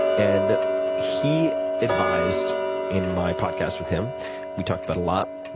and he advised in my podcast with him we talked about a lot,